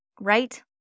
right